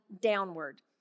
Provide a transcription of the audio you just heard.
downward